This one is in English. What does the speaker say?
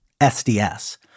SDS